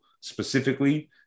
specifically